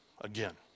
again